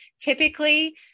typically